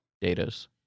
data's